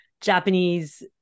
Japanese